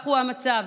זה המצב.